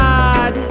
God